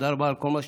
תודה רבה על הכול,